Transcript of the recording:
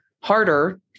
harder